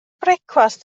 brecwast